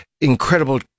incredible